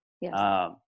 Yes